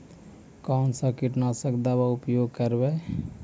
कोन सा कीटनाशक दवा उपयोग करबय?